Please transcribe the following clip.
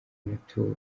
amaturo